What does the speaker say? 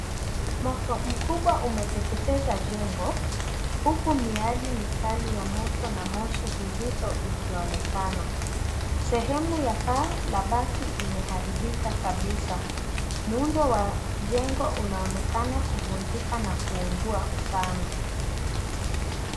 Moto mkubwa umeteketeza jengo, huku miale mikali ya moto na moshi mzito ukionekana. Sehemu ya paa la bati imeharibika kabisa. Muundo wa jengo unaonekana kuvunjika na kuungua sana.